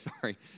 sorry